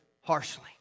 harshly